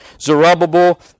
Zerubbabel